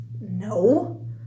no